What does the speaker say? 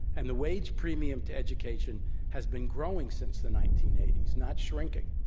and the wage premium to education has been growing since the nineteen eighty s, not shrinking.